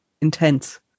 intense